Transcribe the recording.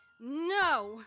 No